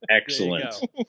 Excellent